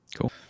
Cool